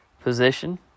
position